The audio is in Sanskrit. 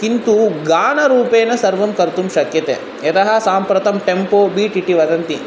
किन्तु गानरूपेण सर्वं कर्तुं शक्यते यतः साम्प्रतं टेम्पो बीट् इति वदन्ति